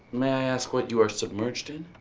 may i ask what you are submerged in?